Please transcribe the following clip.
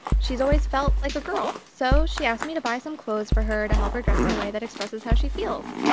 she's always felt like a girl. so she asked me to buy some clothes for her to help her dress in a way that expresses how she feels.